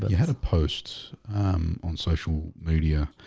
but you had a post on social media.